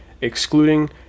excluding